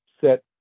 set